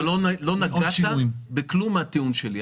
לא נגעת בכלום מהטיעון שלי.